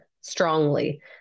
strongly